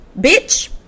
Bitch